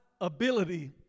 ability